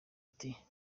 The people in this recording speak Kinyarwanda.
ati